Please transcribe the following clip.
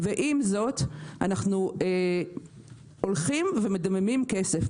ועם זאת אנחנו הולכים ומדממים כסף.